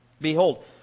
Behold